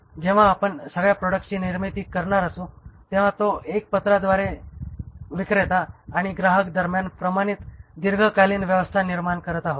जेव्हा आपण सगळ्या प्रॉडक्ट्सची निर्मिती करणार असू तेव्हा ते एक पत्राद्वारे विक्रेता आणि ग्राहक दरम्यान प्रमाणित दीर्घकालीन व्यवस्था निर्माण करत आहोत